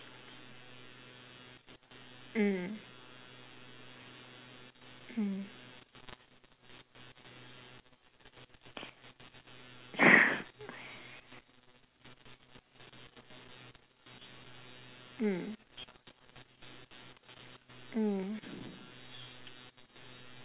mm mm mm mm mm